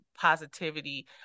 positivity